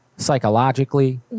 Psychologically